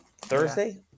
Thursday